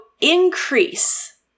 increase